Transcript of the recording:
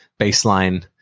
baseline